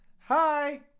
Hi